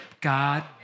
God